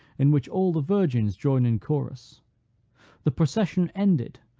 in which all the virgins join in chorus the procession ended,